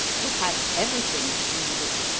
it has everything to do with it.